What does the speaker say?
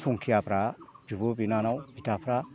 संखियाफ्रा बिब' बिनानाव बिदाफ्रा